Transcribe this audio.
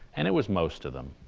and it was most of them.